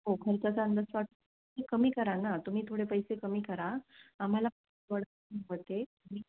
हो खर्चाचा अंदाज तुम्ही कमी करा ना तुम्ही थोडे पैसे कमी करा आम्हाला ते